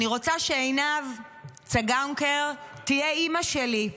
אני רוצה שעינב צנגאוקר תהיה אימא שלי.